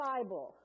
Bible